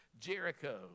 Jericho